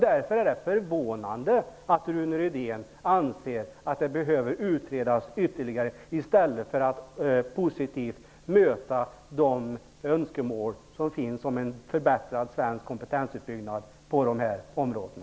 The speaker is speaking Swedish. Därför är det förvånande att Rune Rydén anser att förslagen behöver utredas ytterligare i stället för att positivt möta de önskemål som finns om en förbättrad svensk kompetensutbyggnad på de områdena.